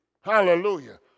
hallelujah